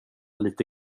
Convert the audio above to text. lite